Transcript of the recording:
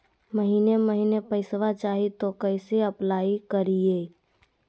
महीने महीने पैसा चाही, तो कैसे अप्लाई करिए?